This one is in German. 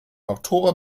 oktober